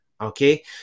Okay